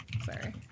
Sorry